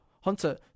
Hunter